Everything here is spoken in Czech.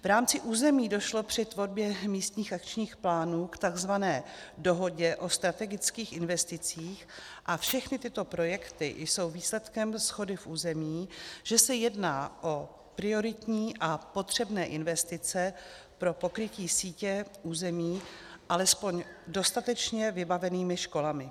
V rámci území došlo při tvorbě místních akčních plánů k takzvané dohodě o strategických investicích a všechny tyto projekty jsou výsledkem shody v území, že se jedná o prioritní a potřebné investice pro pokrytí sítě území alespoň dostatečně vybavenými školami.